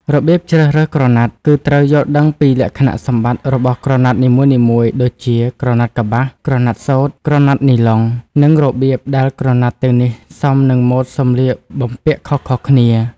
របៀបជ្រើសរើសក្រណាត់ គឺត្រូវយល់ដឹងពីលក្ខណៈសម្បត្តិរបស់ក្រណាត់នីមួយៗ ដូចជា ក្រណាត់កប្បាស ក្រណាត់សូត្រ ក្រណាត់នីឡុង និងរបៀបដែលក្រណាត់ទាំងនេះសមនឹងម៉ូដសម្លៀកបំពាក់ខុសៗគ្នា។